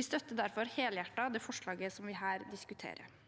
Vi støtter derfor helhjertet det forslaget vi her diskuterer.